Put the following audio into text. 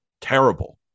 terrible